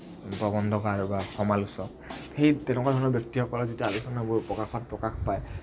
প্ৰবন্ধক বা সমালোচক সেই তেনেকুৱা ধৰণৰ ব্যক্তিসকলৰ যেতিয়া আলোচনাবোৰ প্ৰকাশত প্ৰকাশ পায়